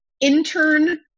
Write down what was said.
Intern